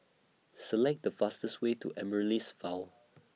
Select The fastest Way to Amaryllis vow